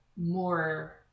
more